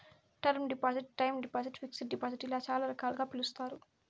term deposit time deposit fixed deposit ఇలా చాలా రకాలుగా పిలుస్తారు